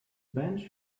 bench